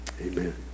Amen